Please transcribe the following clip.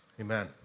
Amen